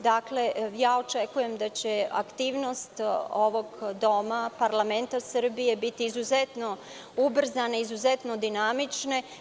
Dakle, očekujem da će aktivnost ovog doma, Parlamenta Srbije biti izuzetno ubrzana, izuzetno dinamična.